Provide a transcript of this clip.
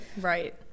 Right